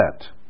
set